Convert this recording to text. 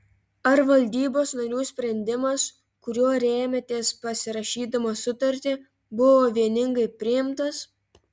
ar valdybos narių sprendimas kuriuo rėmėtės pasirašydamas sutartį buvo vieningai priimtas